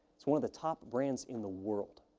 it's one of the top brands in the world.